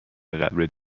قبرت